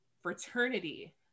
fraternity